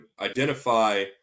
identify